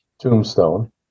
Tombstone